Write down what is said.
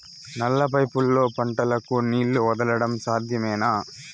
నల్ల పైపుల్లో పంటలకు నీళ్లు వదలడం సాధ్యమేనా?